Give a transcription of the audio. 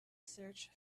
search